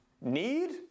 Need